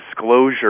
disclosure